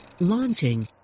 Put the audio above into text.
Launching